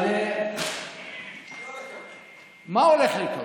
אז מה הולך לקרות?